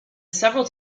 several